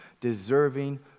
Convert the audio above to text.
deserving